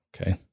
Okay